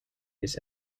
its